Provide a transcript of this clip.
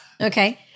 Okay